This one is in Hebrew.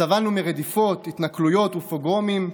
סבלנו מרדיפות, התנכלויות ופוגרומים,